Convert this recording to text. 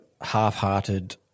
half-hearted